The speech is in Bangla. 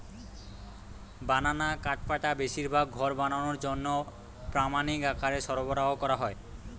বানানা কাঠপাটা বেশিরভাগ ঘর বানানার জন্যে প্রামাণিক আকারে সরবরাহ কোরা হয়